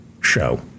show